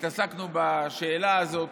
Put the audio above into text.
התעסקנו בשאלה הזאת